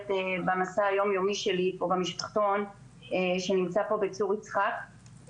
במסע היום יומי שלי או במשפחתון שנמצא בצור יצחק.